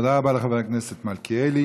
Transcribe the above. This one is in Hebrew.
תודה רבה לחבר הכנסת מלכיאלי.